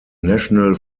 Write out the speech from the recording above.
national